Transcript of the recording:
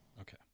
Okay